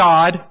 God